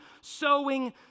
sowing